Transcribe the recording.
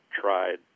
tried